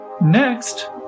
Next